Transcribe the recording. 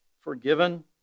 forgiven